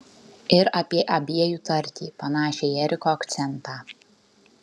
ir apie abiejų tartį panašią į eriko akcentą